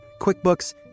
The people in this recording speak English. QuickBooks